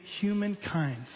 humankind